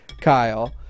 Kyle